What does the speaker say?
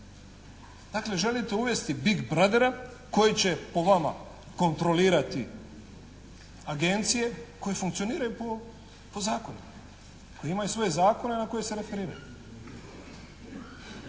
Dakle, želite uvesti big brothera koji će po vama kontrolirati agencije koje funkcioniraju po zakonu, koje imaju svoje zakone na koje se referiraju.